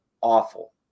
awful